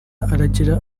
aragira